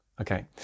Okay